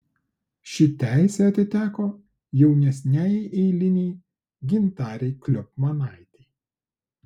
ši teisė atiteko jaunesniajai eilinei gintarei kliopmanaitei